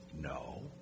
No